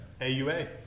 A-U-A